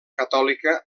catòlica